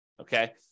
okay